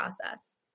process